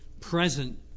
present